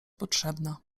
potrzebna